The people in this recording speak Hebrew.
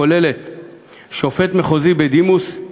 הכוללת שופט מחוזי בדימוס,